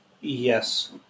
Yes